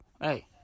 Hey